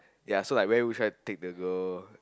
ya so like where would you try to take the girl